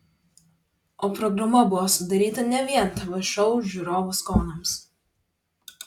o programa buvo sudaryta ne vien tv šou žiūrovų skoniams